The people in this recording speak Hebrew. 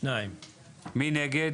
1 נגד,